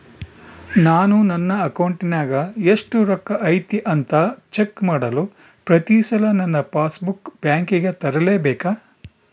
ನಾನು ನನ್ನ ಅಕೌಂಟಿನಾಗ ಎಷ್ಟು ರೊಕ್ಕ ಐತಿ ಅಂತಾ ಚೆಕ್ ಮಾಡಲು ಪ್ರತಿ ಸಲ ನನ್ನ ಪಾಸ್ ಬುಕ್ ಬ್ಯಾಂಕಿಗೆ ತರಲೆಬೇಕಾ?